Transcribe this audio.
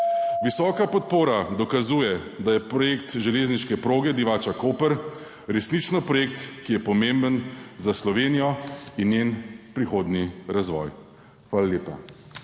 Visoka podpora dokazuje, da je projekt železniške proge Divača–Koper resnično projekt, ki je pomemben za Slovenijo in njen prihodnji razvoj. Hvala lepa.